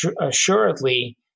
assuredly